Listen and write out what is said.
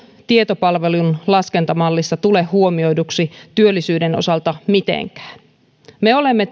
tietopalvelun laskentamallissa tule huomioiduksi työllisyyden osalta mitenkään me olemme